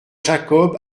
jacob